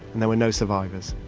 and there were no survivors.